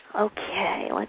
Okay